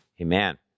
amen